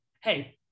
hey